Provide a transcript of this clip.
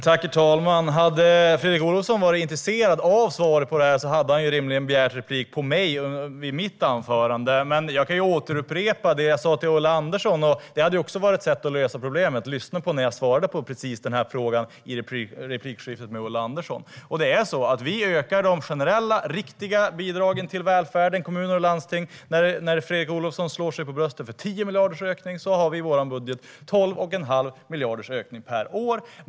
Herr talman! Om Fredrik Olovsson hade varit intresserad av svaret på den frågan hade han rimligen begärt replik på mig vid mitt anförande. Men jag kan upprepa det jag sa till Ulla Andersson. Ett annat sätt att få svar hade också kunnat vara att lyssna när jag svarade på precis den frågan i replikskiftet med Ulla Andersson. Vi ökar de generella, riktiga, bidragen till välfärden - kommuner och landsting. Fredrik Olovsson slår sig för bröstet för en ökning på 10 miljarder. I vår budget har vi en ökning på 12 1⁄2 miljard per år.